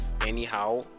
anyhow